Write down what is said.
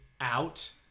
out